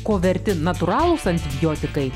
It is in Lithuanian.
ko verti natūralūs antibiotikai